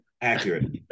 Accurate